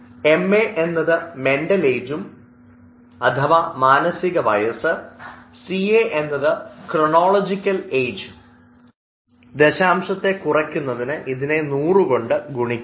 M A എന്നത് mental age മാനസിക വയസ്സ് സി എ എന്നത് ക്രോണോളജിക്കൽ ഏജ് ദശാംശത്തെ കുറയ്ക്കുന്നതിന് ഇതിനെ നൂറുകൊണ്ട് ഗുണിക്കുന്നു